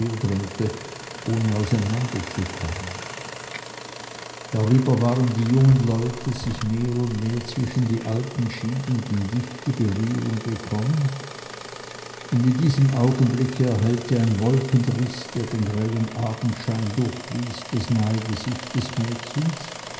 ohne auseinander zu kommen darüber waren die jungen leute sich mehr zwischen die alten schiebend in dichte berührung gekommen und in diesem augenblicke erhellte ein wolkenriß der den grellen abendschein durchließ das nahe gesicht des mädchens